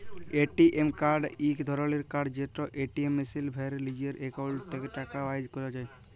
ATM card ইক ধরলের card যেট এটিএম মেশিলে ভ্যরে লিজের একাউল্ট থ্যাকে টাকা বাইর ক্যরা যায়